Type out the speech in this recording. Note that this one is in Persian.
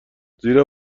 زیرا